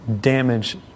damage